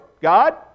God